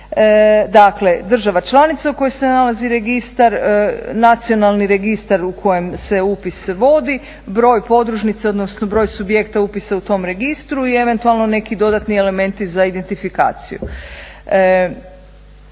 Dakle država članica u kojoj se nalazi registar nacionalni registar u kojem se upis vodi, broj podružnice odnosno broj subjekta upisa u tom registru i eventualno neki dodatni elementi za identifikaciju.